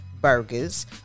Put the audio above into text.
burgers